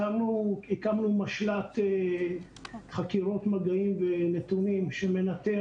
הקמנו משל"ט חקירות מגעים ונתונים שמנטר